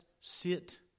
sit